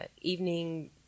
evening